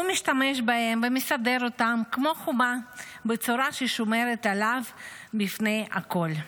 הוא משתמש בהם ומסדר אותם כמו חומה בצורה ששומרת עליו מפני הכול.